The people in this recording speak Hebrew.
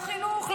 לא חינוך,